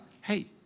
hey